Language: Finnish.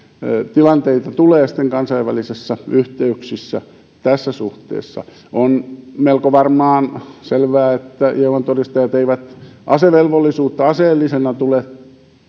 tilanteita tulee sitten kansainvälisissä yhteyksissä tässä suhteessa on varmaan melko selvää että jehovan todistajat eivät asevelvollisuutta aseellisena tule